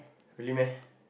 really meh